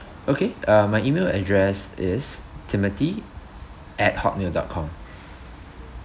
okay uh my email address is timothy at hotmail dot com